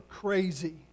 crazy